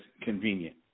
convenient